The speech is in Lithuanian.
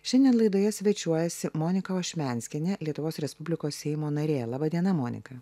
šiandien laidoje svečiuojasi monika ošmenskienė lietuvos respublikos seimo narė laba diena monika